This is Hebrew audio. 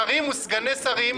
שרים וסגני שרים,